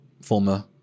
former